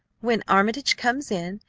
when armitage comes in,